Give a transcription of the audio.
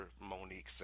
Monique